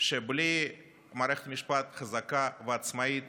שבלי מערכת משפט חזקה ועצמאית